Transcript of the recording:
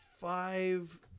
five